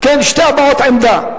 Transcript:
שתי הבעות עמדה,